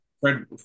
Fred